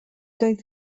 doedd